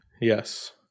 Yes